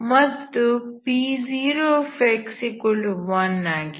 ಮತ್ತು P0x1 ಆಗಿದೆ